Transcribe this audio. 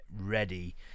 ready